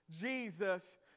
Jesus